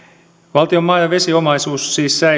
valtion maa ja vesiomaisuus siis säilyy